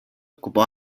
occupò